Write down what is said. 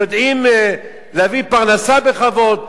שיודעים להביא פרנסה בכבוד,